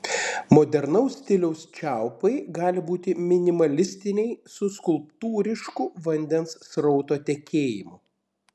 modernaus stiliaus čiaupai gali būti minimalistiniai su skulptūrišku vandens srauto tekėjimu